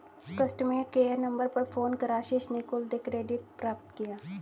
customer care number पर phone कर आशीष ने कुल देय क्रेडिट प्राप्त किया